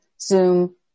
Zoom